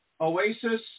Oasis